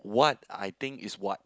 what I think is what